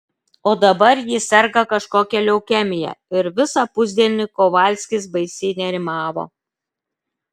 o dabar ji serga kažkokia leukemija ir visą pusdienį kovalskis baisiai nerimavo